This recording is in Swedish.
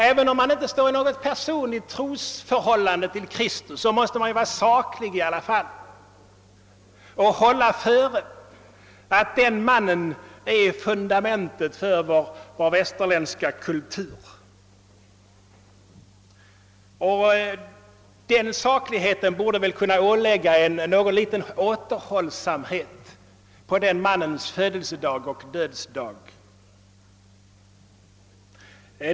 Även om man inte står i något personligt trosförhållande till Kristus, måste man i alla fall vara saklig och inse att den mannen är fundamentet för vår västerländska kultur. Den sakligheten borde väl kunna ålägga en någon liten återhållsamhet på den mannens födelsedag och dödsdag.